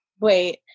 Wait